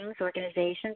organizations